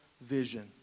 vision